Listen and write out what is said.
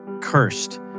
Cursed